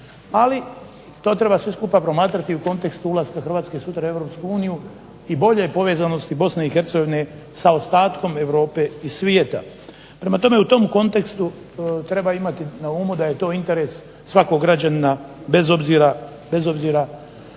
ali to treba sve skupa promatrati u kontekstu ulaska Hrvatske sutra u Europsku uniju i bolje povezanosti BiH sa ostatkom Europe i svijeta. Prema tome, u tom kontekstu treba imati na umu da je to interes svakog građanina, bez obzira